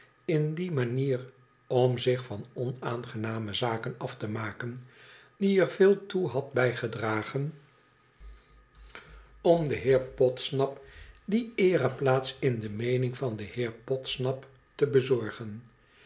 in die manierom zich van onaangename zaken af te maken die er veel toe had bijgedragen om den podsnappsrij iii heer podsnap die eereplaats in de meening van den heer podsnap te bezorgen